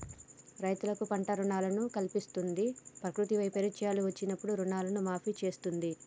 రైతులకు పంట రుణాలను కల్పిస్తంది, ప్రకృతి వైపరీత్యాలు వచ్చినప్పుడు రుణాలను మాఫీ చేస్తుంది